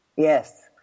Yes